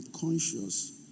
conscious